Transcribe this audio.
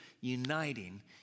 uniting